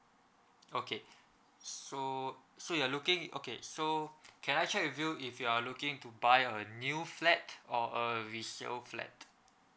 okay so so you're looking okay so can I check with you if you are looking to buy a new flat or a resale flat